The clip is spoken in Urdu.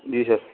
جی سر